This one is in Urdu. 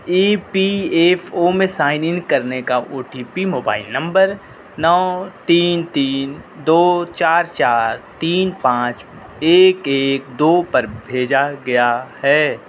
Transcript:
ای پی ایف او میں سائن ان کرنے کا O T P mobile number نو تین تین دو چار چار تین پانچ ایک ایک دو پر بھیجا گیا ہے